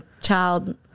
child